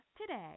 today